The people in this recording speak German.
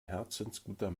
herzensguter